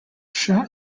shot